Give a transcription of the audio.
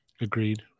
Agreed